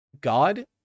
god